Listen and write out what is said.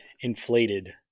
inflated